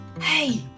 Hey